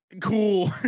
Cool